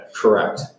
Correct